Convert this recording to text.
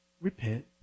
repent